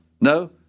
No